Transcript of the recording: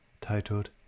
titled